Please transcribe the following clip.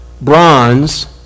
bronze